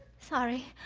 sorry.